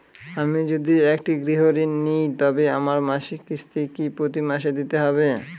আমি যদি একটি গৃহঋণ নিই তবে আমার মাসিক কিস্তি কি প্রতি মাসে দিতে হবে?